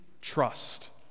trust